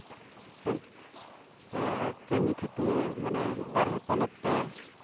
ᱠᱟᱹᱢᱤ ᱠᱷᱟᱹᱴᱩᱣᱟᱹ ᱢᱟᱱᱮ ᱵᱟᱦᱨᱮ ᱯᱚᱱᱚᱛ ᱛᱮ